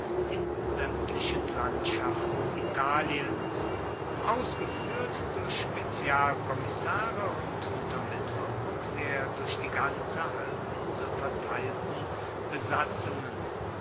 in sämtlichen landschaften italiens ausgeführt durch spezialkommissare und unter mitwirkung der durch die ganze halbinsel verteilten besatzungen